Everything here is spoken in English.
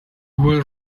was